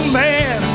man